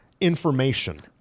information